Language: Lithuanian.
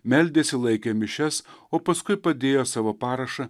meldėsi laikė mišias o paskui padėjo savo parašą